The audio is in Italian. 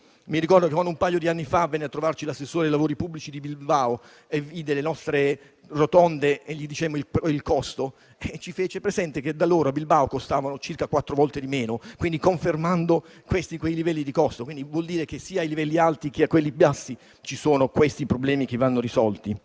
Ricordo che, quando un paio di anni fa venne a trovarci l'assessore ai lavori pubblici di Bilbao e venne a sapere il costo delle nostre rotonde, ci fece presente che da loro, a Bilbao, costavano circa quattro volte di meno, confermando quei livelli di costo. Ciò vuol dire che sia ai livelli alti che a quelli bassi ci sono problemi del genere che vanno risolti.